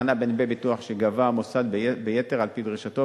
הבחנה בין דמי ביטוח שגבה המוסד ביתר על-פי דרישתו,